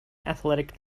athletic